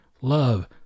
love